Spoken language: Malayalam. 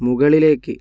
മുകളിലേക്ക്